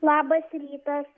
labas rytas